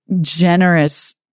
generous